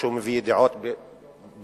כשהוא מביא ידיעות בוודאי,